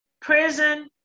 prison